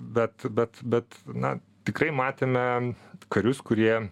bet bet bet na tikrai matėme karius kurie